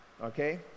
okay